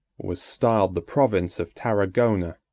was styled the province of tarragona.